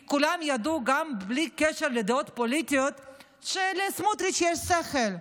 כי כולם ידעו גם בלי קשר לדעות פוליטיות שלסמוטריץ' יש שכל,